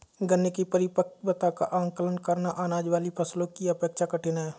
गन्ने की परिपक्वता का आंकलन करना, अनाज वाली फसलों की अपेक्षा कठिन है